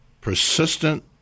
persistent